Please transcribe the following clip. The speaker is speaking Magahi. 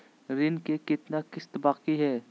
ऋण के कितना किस्त बाकी है?